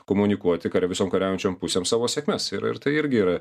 komunikuoti kad visom kariaujančiom pusėm savo sėkmes ir ir tai irgi yra